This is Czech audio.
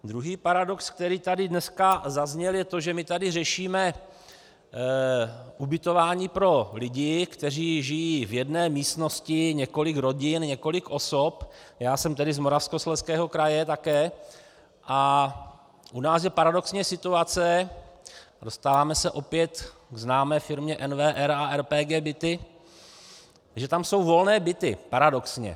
Druhý paradox, který tady dneska zazněl, je to, že my tady řešíme ubytování pro lidi, kteří žijí v jedné místnosti několik rodin, několik osob já jsem tedy z Moravskoslezského kraje také a možná že paradoxně situace, dostáváme se opět k známé firmě NWR a RPG Byty, že tam jsou volné byty, paradoxně.